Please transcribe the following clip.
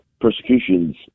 persecutions